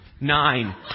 nine